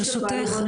ברשותך,